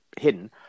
hidden